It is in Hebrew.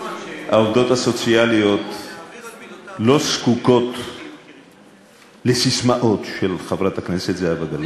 העובדות הסוציאליות לא זקוקות לססמאות של חברת הכנסת זהבה גלאון.